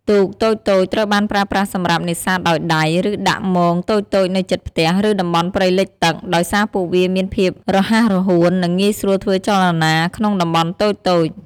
ទូកតូចៗ ត្រូវបានប្រើប្រាស់សម្រាប់នេសាទដោយដៃ ឬដាក់មងតូចៗនៅជិតផ្ទះ ឬតំបន់ព្រៃលិចទឹក ដោយសារពួកវាមានភាពរហ័សរហួន និងងាយស្រួលធ្វើចលនាក្នុងតំបន់តូចៗ។